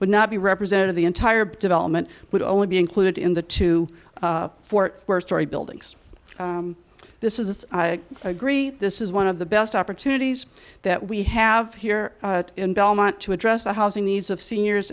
would not be representative the entire development would only be included in the two fort worth story buildings this is us i agree this is one of the best opportunities that we have here in belmont to address the housing needs of seniors